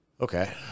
Okay